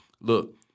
Look